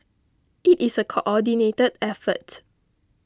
it is a coordinated effort